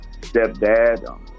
stepdad